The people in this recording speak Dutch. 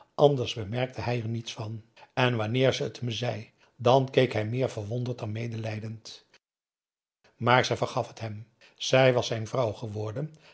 anders bemerkte hij er niets van en wanneer ze t hem zei dan keek hij meer verwonderd dan meelijdend maar ze vergaf het hem zij was zijn vrouw geworden